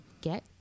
get